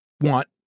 want